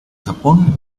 japón